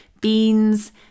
beans